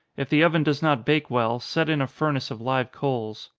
if the oven does not bake well, set in a furnace of live coals.